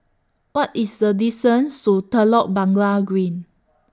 What IS The distance to Telok Blangah Green